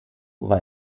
war